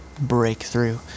breakthrough